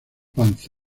los